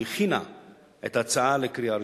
שהכינה את ההצעה לקריאה ראשונה.